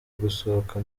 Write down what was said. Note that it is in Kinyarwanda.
gusohoka